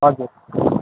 हजुर